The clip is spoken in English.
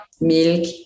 milk